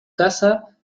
casa